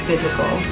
Physical